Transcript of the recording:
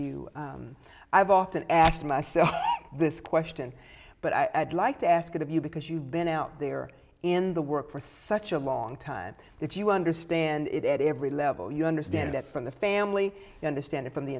you i've often asked myself this question but i'd like to ask it of you because you've been out there in the work for such a long time that you understand it at every level you understand that from the family you understand it from the